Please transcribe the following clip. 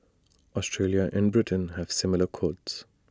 Australia and Britain have similar codes